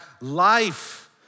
life